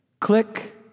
click